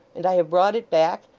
and i have brought it back,